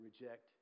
reject